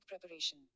preparation